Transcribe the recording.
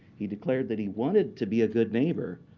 he declared that he wanted to be a good neighbor.